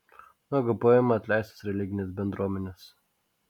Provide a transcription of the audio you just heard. nuo gpm atleistos religinės bendruomenės